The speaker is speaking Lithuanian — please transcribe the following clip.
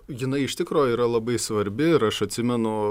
jinai iš tikro yra labai svarbi ir aš atsimenu